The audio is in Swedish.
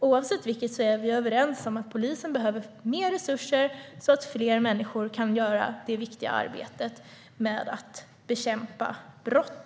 I vilket fall som helst är vi överens om att polisen behöver mer resurser, så att fler människor kan göra det viktiga arbetet med att bekämpa brott.